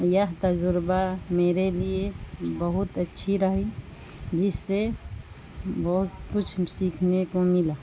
یہ تجربہ میرے لیے بہت اچھی رہی جس سے بہت کچھ سیکھنے کو ملا